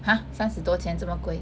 !huh! 三十多千这么贵